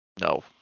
No